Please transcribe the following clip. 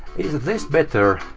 is this better?